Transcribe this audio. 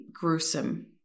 gruesome